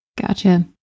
Gotcha